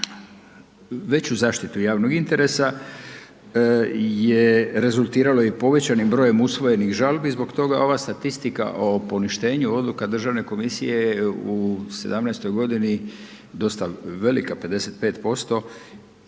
veću zaštitu javnog interesa je rezultiralo i povećanim brojem usvojenih žalbi, zbog toga ova statistika o poništenju odluka Državne komisije je u 2017. g. dosta velika, 55%